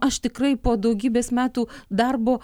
aš tikrai po daugybės metų darbo